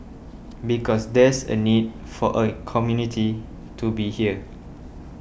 because there's a need for a community to be here